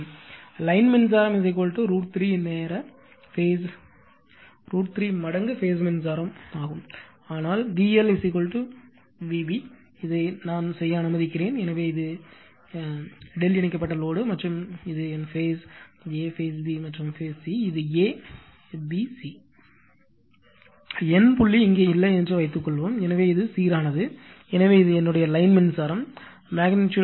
line மின்சாரம் √ 3 நேர phase மின்சாரம் ஆனால் VL வி